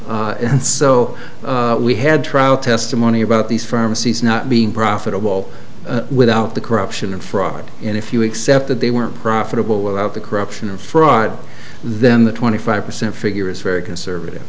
so we had trout testimony about these pharmacies not being profitable without the corruption and fraud and if you accept that they were profitable without the corruption or fraud then the twenty five percent figure is very conservative